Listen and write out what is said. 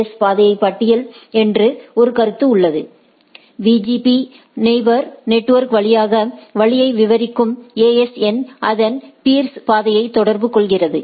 S பாதை பட்டியல் என்ற ஒரு கருத்து உள்ளது BGP நெயிபோர்ஸ் நெட்வொர்க் வழியாக வழியை விவரிக்கும் AS எண் அதன் பீர்ஸ் பாதையை தொடர்பு கொள்கிறது